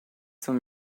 some